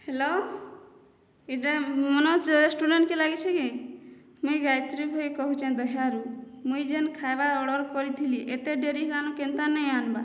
hello ଏଟା ମନୋଜ ରେଷ୍ଟୁରାଣ୍ଟକେ ଲାଗିଛି କି ମୁଇଁ ଗାୟତ୍ରୀ ଭୋଇ କହୁଛେଁ ଦହ୍ୟାରୁ ମୁଇଁ ଯେନ୍ ଖାଇବା ଅର୍ଡ଼ର କରିଥିଲି ଏତେ ଡେରି କଣ କେନ୍ତା ନାହିଁ ଆନ୍ବା